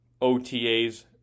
OTAs